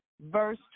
verse